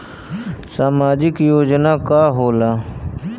सामाजिक योजना का होला?